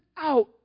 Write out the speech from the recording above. out